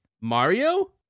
Mario